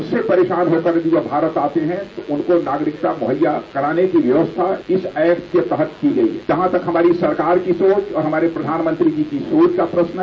इससे परेशान होकर जब वे भारत आते हैं तो उनको नागरिकता मुहैया कराने की व्यवस्था इस एक्ट के तहत की गई है जहां तक हमारी सरकार की सोच और हमारे प्रधानमंत्री जी की सोच का प्रश्न है